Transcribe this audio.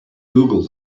google